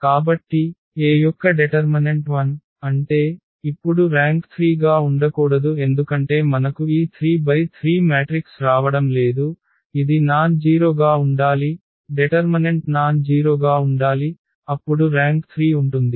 కాబట్టి A యొక్క determinant 0 అంటే ఇప్పుడు ర్యాంక్ 3 గా ఉండకూడదు ఎందుకంటే మనకు ఈ 3×3 మ్యాట్రిక్స్ రావడం లేదు ఇది నాన్ జీరొ గా ఉండాలి డెటర్మనెంట్ నాన్ జీరొ గా ఉండాలి అప్పుడు ర్యాంక్ 3 ఉంటుంది